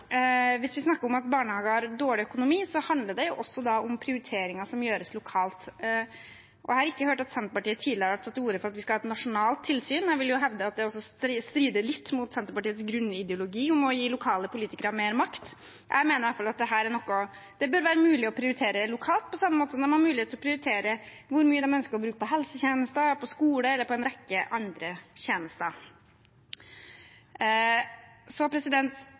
Hvis vi snakker om at barnehager har dårlig økonomi, handler det også om prioriteringer som gjøres lokalt. Jeg har ikke hørt at Senterpartiet tidligere har tatt til orde for at vi skal ha et nasjonalt tilsyn, og vil jo hevde at det også strider litt mot Senterpartiets grunnideologi om å gi lokale politikere mer makt. Jeg mener i hvert fall dette er noe det bør være mulig å prioritere lokalt, på samme måte som de har mulighet til å prioritere hvor mye de ønsker å bruke på helsetjenester, på skole og på en rekke andre tjenester. Så